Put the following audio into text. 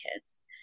kids